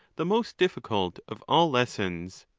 the most difficult of all lessons,